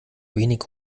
wenig